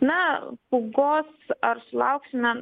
na pūgos ar sulauksime